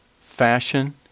fashion